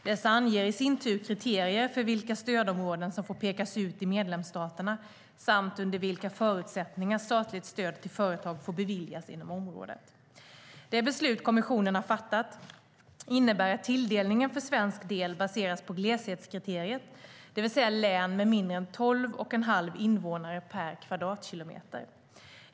Dessa anger i sin tur kriterier för vilka stödområden som får pekas ut i medlemsstaterna samt under vilka förutsättningar statligt stöd till företag får beviljas inom området. Det beslut kommissionen har fattat innebär att tilldelningen för svensk del baseras på gleshetskriteriet, det vill säga län med mindre än 12 1⁄2 invånare per kvadratkilometer.